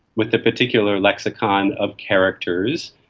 with a particular lexicon of characters,